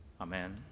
Amen